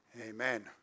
Amen